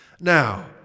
Now